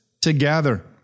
together